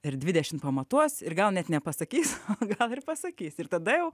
ir dvidešim pamatuos ir gal net nepasakys gal ir pasakys ir tada jau